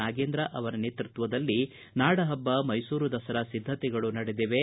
ನಾಗೇಂದ್ರ ಅವರ ನೇತೃತ್ವದಲ್ಲಿ ನಾಡಹಬ್ಬ ಮೈಸೂರು ದಸರಾ ಸಿದ್ದತೆಗಳು ನಡೆದಿವೆ